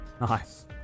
Nice